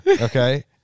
Okay